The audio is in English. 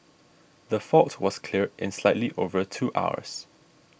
the fault was cleared in slightly over two hours